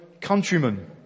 countrymen